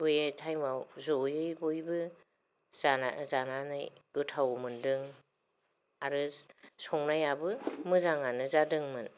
बे टाइमाव जयै बयबो जानानै गोथाव मोनदों आरो संनायाबो मोजाङानो जादोंमोन